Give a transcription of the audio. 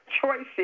choices